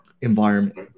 environment